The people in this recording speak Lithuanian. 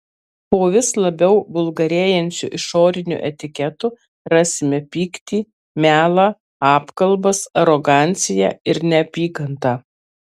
po vis labiau vulgarėjančiu išoriniu etiketu rasime pyktį melą apkalbas aroganciją ir neapykantą